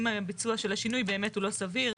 אם הביצוע של השינוי באמת לא סביר,